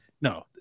no